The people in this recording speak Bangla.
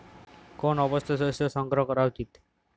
কোন অবস্থায় শস্য সংগ্রহ করা উচিৎ?